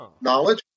knowledge